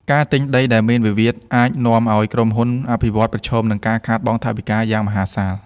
ការទិញដីដែលមានវិវាទ អាចនាំឱ្យក្រុមហ៊ុនអភិវឌ្ឍន៍ប្រឈមនឹងការខាតបង់ថវិកាយ៉ាងមហាសាល។